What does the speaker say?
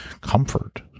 comfort